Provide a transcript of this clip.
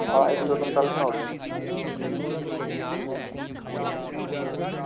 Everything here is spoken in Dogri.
हां इक दो दिन पैह्लें सनाई ओड़ेओ मिगी